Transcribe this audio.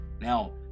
Now